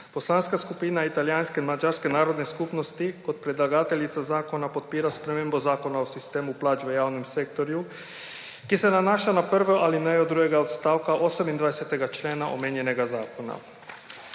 Poslanska skupina italijanske in madžarske narodne skupnosti kot predlagateljica zakona podpira spremembo Zakona o sistemu plač v javnem sektorju, ki se nanaša na prvo alinejo drugega odstavka 28. člena omenjenega zakona.